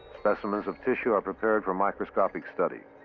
specimens of tissue are prepared for microscopic study.